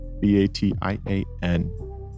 B-A-T-I-A-N